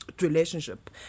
relationship